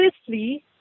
firstly